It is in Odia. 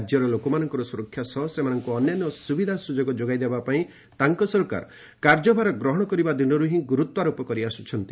ରାଜ୍ୟର ଲୋକମାନଙ୍କର ସୁରକ୍ଷା ସହ ସେମାନଙ୍କୁ ଅନ୍ୟାନ୍ୟ ସୁବିଧା ସୁଯୋଗ ଯୋଗାଇ ଦେବା ପାଇଁ ତାଙ୍କ ସରକାର କାର୍ଯ୍ୟଭାର ଗ୍ରହଣ କରିବା ଦିନରୁ ହିଁ ଗୁରୁତ୍ୱାରୋପ କରି ଆସୁଛନ୍ତି